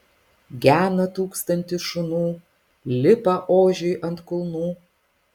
gena tūkstantis šunų lipa ožiui ant kulnų